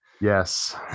yes